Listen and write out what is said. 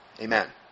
Amen